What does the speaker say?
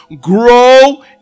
grow